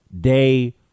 day